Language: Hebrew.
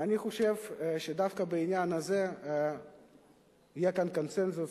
ואני חושב שדווקא בעניין הזה יהיה כאן קונסנזוס.